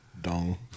Dong